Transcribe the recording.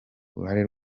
uruhare